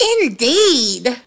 Indeed